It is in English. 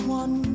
one